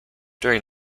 during